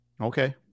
Okay